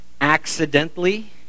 accidentally